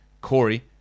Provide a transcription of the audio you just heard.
Corey